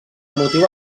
motiu